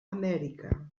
amèrica